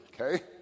okay